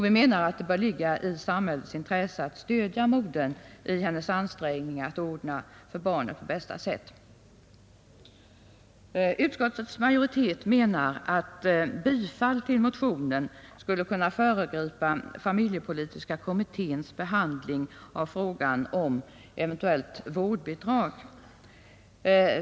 Vi menar att det bör ligga i samhällets intresse att stödja modern i hennes ansträngningar att ordna för barnet på bästa sätt. Utskottets majoritet anför att bifall till motionen skulle kunna föregripa familjepolitiska kommitténs behandling av frågan om ett eventuellt vdrdbidrag.